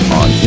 on